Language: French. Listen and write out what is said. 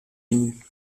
émue